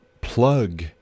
plug